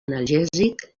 analgèsic